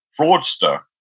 fraudster